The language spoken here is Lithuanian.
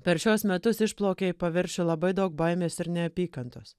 per šiuos metus išplaukė į paviršių labai daug baimės ir neapykantos